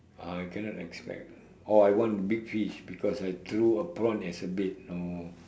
ah you cannot expect oh I want big fish because I threw a prawn as a bait no